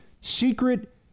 secret